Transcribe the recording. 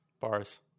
bars